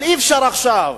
אבל אי-אפשר עכשיו,